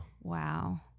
Wow